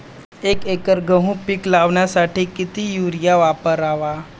एक एकर गहू पीक लावण्यासाठी किती युरिया वापरावा?